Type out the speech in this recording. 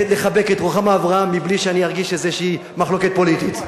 לחבק את רוחמה אברהם בלי שאני ארגיש איזו מחלוקת פוליטית.